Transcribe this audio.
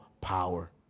power